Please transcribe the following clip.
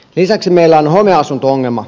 lisäksi meillä on homeasunto ongelma